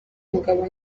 umugabo